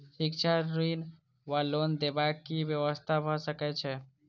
शिक्षा ऋण वा लोन देबाक की व्यवस्था भऽ सकै छै?